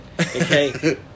Okay